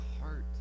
heart